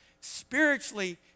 spiritually